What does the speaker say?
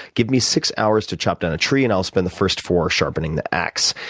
give me six hours to chop down a tree and i'll spend the first four sharpening the axe.